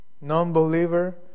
Non-believer